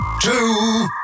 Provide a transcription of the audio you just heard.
two